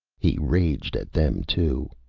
he raged at them, too.